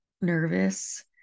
nervous